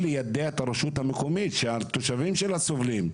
ליידע את הרשות המקומית שהתושבים שלה סובלים.